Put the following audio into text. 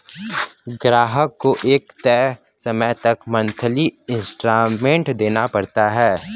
ग्राहक को एक तय समय तक मंथली इंस्टॉल्मेंट देना पड़ता है